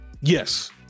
Yes